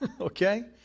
okay